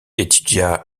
étudia